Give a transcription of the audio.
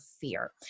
fear